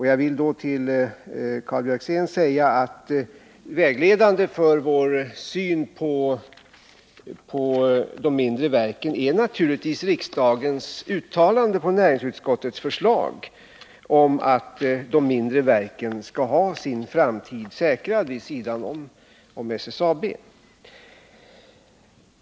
Jag vill säga till Karl Björzén att vägledande för vår syn på de mindre verken är naturligtvis riksdagens uttalande på näringsutskottets förslag om att de mindre verken skall ha sin framtid säkrad vid sidan av SSAB.